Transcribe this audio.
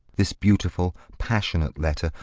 this beautiful, passionate letter,